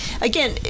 again